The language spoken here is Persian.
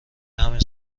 همین